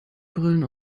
brillen